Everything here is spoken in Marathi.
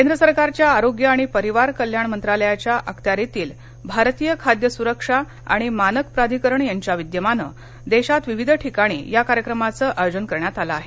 केंद्र सरकारच्या आरोग्य आणि परिवार कल्याण मंत्रालयाच्या अखत्यारितील भारतीय खाद्य सुरक्षा आणि आणि मानक प्राधिकरण यांच्या विद्यमाने देशात विविध ठिकाणी या कार्यक्रमाचे आयोजन करण्यात आले आहे